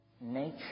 Nature